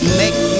make